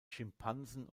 schimpansen